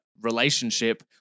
relationship